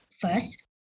First